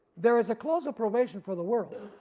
there is a close of probation for the world,